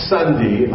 Sunday